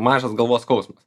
mažas galvos skausmas